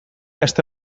aste